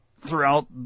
throughout